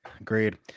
Agreed